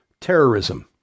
terrorism